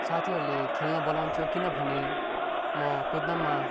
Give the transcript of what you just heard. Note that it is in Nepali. साथीहरूले खेल्न बोलाउँथ्यो किनभने म कुद्नमा